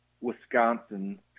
Wisconsin